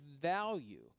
value